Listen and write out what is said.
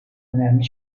önemli